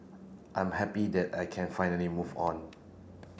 I am happy that I can finally move on